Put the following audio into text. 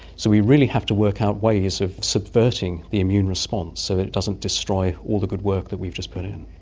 so we really have to work out ways of subverting the immune response so that it doesn't destroy all the good work that we've just put in.